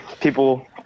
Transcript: people